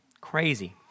Crazy